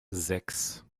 sechs